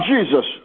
Jesus